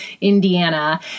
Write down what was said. Indiana